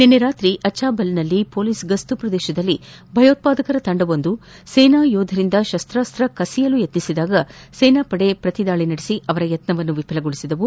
ನಿನ್ನೆ ರಾತ್ರಿ ಅಜಾಬಲ್ನಲ್ಲಿನ ಪೊಲೀಸ್ ಗಸ್ತು ಪ್ರದೇಶದಲ್ಲಿ ಭಯೋತ್ಪಾದಕರ ತಂಡವೊಂದು ಸೇನಾಯೋಧರಿಂದ ಶಸ್ವಾಸ್ತ ಕಸಿಯಲು ಯತ್ನಿಸಿದಾಗ ಸೇನಾಪಡೆ ದಾಳಿ ನಡೆಸಿ ಅವರ ಯತ್ನವನ್ನು ವಿಫಲಗೊಳಿಸಿವೆ